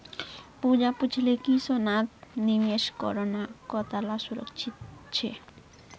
पूजा पूछले कि सोनात निवेश करना कताला सुरक्षित छे